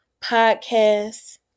Podcast